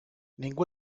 ningú